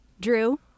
Drew